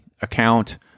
account